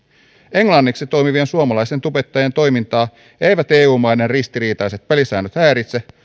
englanniksi toimivan suomalaisen tubettajan toimintaa eivät eu maiden ristiriitaiset pelisäännöt häiritse